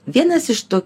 vienas iš to